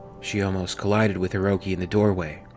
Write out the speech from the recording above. she almost collided with hiroki in the doorway.